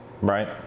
right